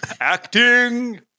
Acting